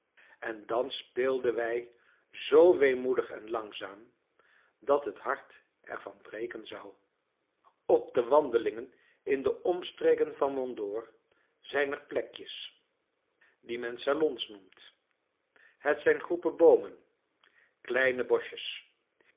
en dan speelden wij zoo weemoedig en langzaam dat het hart er van breken zou op de wandelingen in de omstreken van mont dore zijn er plekjes die men salons noemt het zijn groepen boomen kleine boschjes